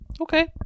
Okay